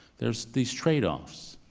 there's these trade-offs.